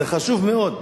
זה חשוב מאוד,